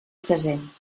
present